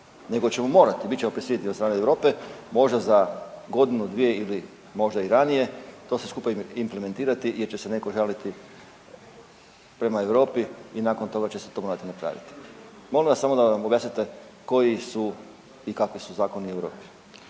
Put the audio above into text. nego ćemo morati, bit ćemo prisiljeni od strane Europe možda za godinu, dvije ili možda i ranije to sve skupa implementirati jer će se netko žaliti prema Europi i nakon toga će se to morati napraviti. Molim vas samo da nam objasnite koji su i kakvi su zakoni u Europi.